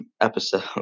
episode